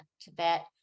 Tibet